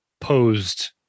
posed